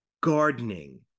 gardening